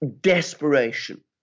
desperation